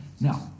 now